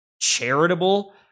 charitable